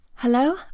hello